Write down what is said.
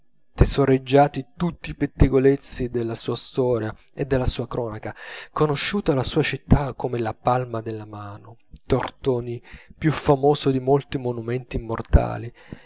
teatro tesoreggiati tutti i pettegolezzi della sua storia e della sua cronaca conosciuta la sua città come la palma della mano tortoni più famoso di molti monumenti immortali